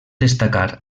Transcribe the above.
destacar